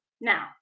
now